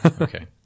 Okay